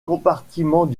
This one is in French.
compartiment